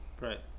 right